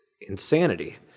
insanity